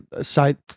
side